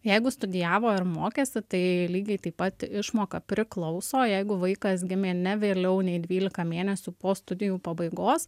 jeigu studijavo ir mokėsi tai lygiai taip pat išmoka priklauso jeigu vaikas gimė ne vėliau nei dvylika mėnesių po studijų pabaigos